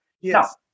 Yes